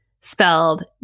spelled